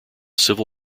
civil